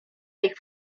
ich